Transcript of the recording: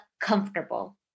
comfortable